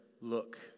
look